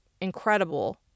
incredible